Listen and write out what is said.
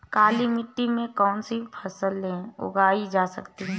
काली मिट्टी में कौनसी फसलें उगाई जा सकती हैं?